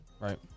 right